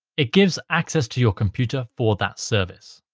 it gives access to your computer for that service.